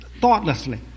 thoughtlessly